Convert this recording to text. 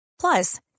Plus